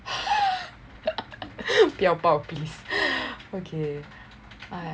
不要爆 please okay